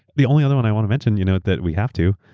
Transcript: the only other one i want to mention, you know that we have to,